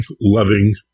loving